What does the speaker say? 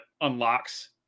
unlocks